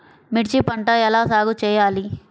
మిర్చి పంట ఎలా సాగు చేయాలి?